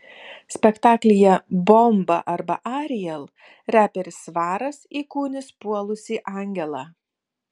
spektaklyje bomba arba ariel reperis svaras įkūnys puolusį angelą